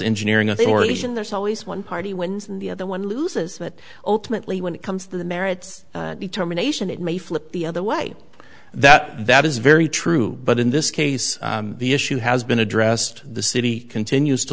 engineering authorities and there's always one party wins and the other one loses but ultimately when it comes to the merits determination it may flip the other way that that is very true but in this case the issue has been addressed the city continues to